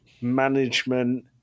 management